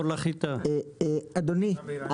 אדוני,